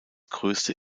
größte